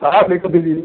साठ लीटर दे दीजिए